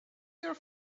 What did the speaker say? your